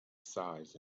size